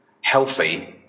healthy